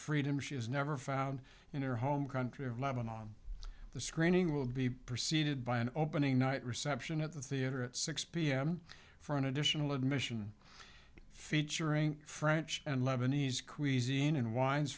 freedom she is never found in her home country of lebanon the screening will be preceded by an opening night reception at the theater at six pm for an additional admission featuring french and lebanese queasy and winds